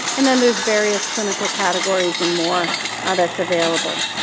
and then there's various clinical categories and more ah that's available.